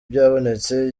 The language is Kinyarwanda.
byabonetse